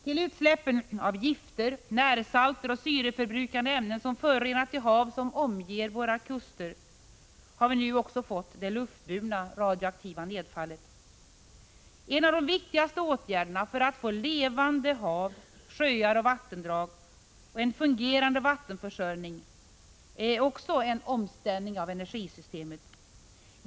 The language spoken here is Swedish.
Till utsläppen av gifter, närsalter och syreförbrukande ämnen som förorenat de hav som omger våra kuster har vi nu också fått det luftburna radioaktiva nedfallet. En av de viktigaste åtgärderna för att få levande hav, sjöar och vattendrag och en fungerande vattenförsörjning är också en omställning av energisystemet.